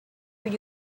were